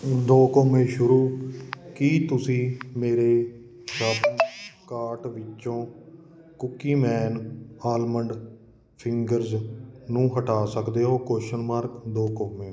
ਦੋ ਕੌਮੇ ਸ਼ੁਰੂ ਕੀ ਤੁਸੀਂ ਮੇਰੇ ਸ਼ਾਪਿੰਗ ਕਾਰਟ ਵਿੱਚੋ ਕੂਕੀ ਮੈਨ ਆਲਮੰਡ ਫਿੰਗਰਜ਼ ਨੂੰ ਹਟਾ ਸਕਦੇ ਹੋ ਕਵਸ਼ਚਨ ਮਾਰਕ ਦੋ ਕੌਮੇ